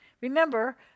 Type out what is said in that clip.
remember